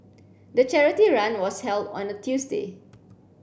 the charity run was held on a Tuesday